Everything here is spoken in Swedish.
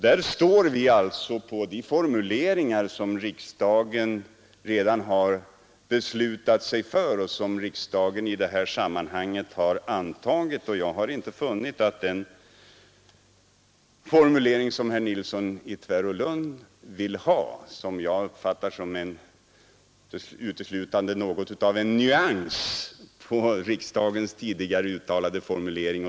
Där stöder vi oss på de formuleringar riksdagen har antagit. Den formulering som herr Nilsson i Tvärålund vill ha uppfattar jag bara som en nyansering av riksdagens formulering.